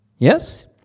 Yes